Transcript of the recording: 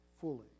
fully